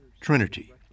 Trinity